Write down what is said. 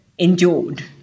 Endured